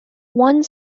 one